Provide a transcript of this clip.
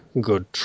good